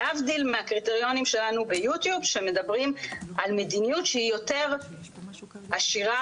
להבדיל מהקריטריונים שלנו ביוטיוב שמדברים על מדיניות שהיא יותר עשירה,